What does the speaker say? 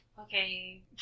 Okay